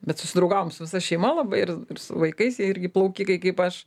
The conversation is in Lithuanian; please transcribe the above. bet susidraugavom su visa šeima labai ir ir su vaikais jie irgi plaukikai kaip aš